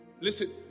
Listen